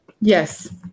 Yes